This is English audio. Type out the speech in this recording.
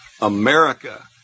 America